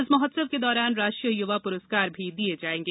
इस महोत्सव के दौरान राष्ट्रीय युवा पुरस्कार दिए जाएंगे